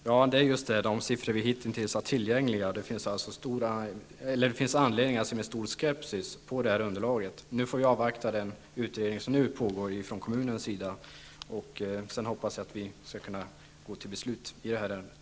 Fru talman! Ja, det är de siffror vi hittills har haft tillgängliga. Det finns anledning att se med stor skepsis på underlaget. Vi får avvakta den utredning som nu pågår från kommunens sida. Jag hoppas att vi sedan kan gå till beslut i ärendet.